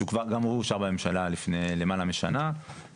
שגם הוא אושר בממשלה לפני למעלה משנה,